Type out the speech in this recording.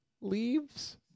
Leaves